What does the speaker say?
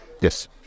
Yes